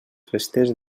festes